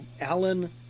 Alan